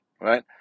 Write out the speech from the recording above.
right